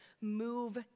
move